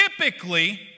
typically